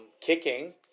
kicking